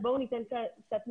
ולכן בואו ניתן קצת מספרים.